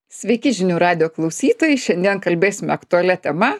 sveiki žinių radijo klausytojai šiandien kalbėsim aktualia tema